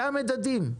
זה המדדים,